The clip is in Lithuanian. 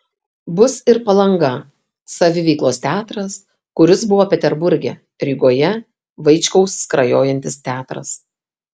bus ir palanga saviveiklos teatras kuris buvo peterburge rygoje vaičkaus skrajojantis teatras